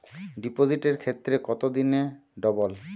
ডিপোজিটের ক্ষেত্রে কত দিনে ডবল?